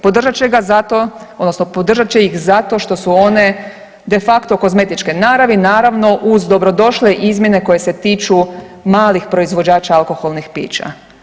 Podržat će ga zato, odnosno podržat će ih zato što su one de facto kozmetičke naravi naravno uz dobro došle izmjene koje se tiču malih proizvođača alkoholnih pića.